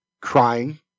crying